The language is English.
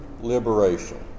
liberation